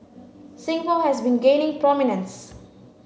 Singapore has been gaining prominence